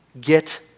get